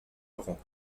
laurent